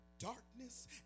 darkness